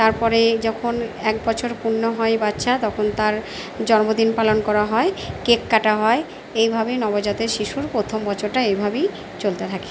তারপরেই যখন একবছর পূর্ণ হয় বাচ্ছা তখন তার জন্মদিন পালন করা হয় কেক কাটা হয় এইভাবেই নবজাত শিশুর প্রথম বছরটা এভাবেই চলতে থাকে